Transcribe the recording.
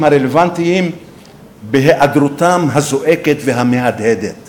הרלוונטיים בהיעדרותם הזועקת והמהדהדת